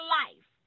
life